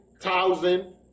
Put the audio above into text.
thousand